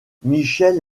michel